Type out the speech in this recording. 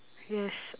yes